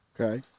Okay